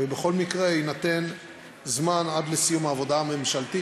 ובכל מקרה יינתן זמן עד לסיום העבודה הממשלתית,